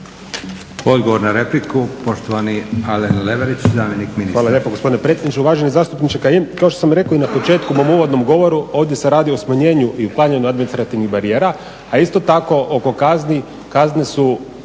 Odgovor na repliku, poštovani Alen Leverić. **Leverić,